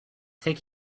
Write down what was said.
think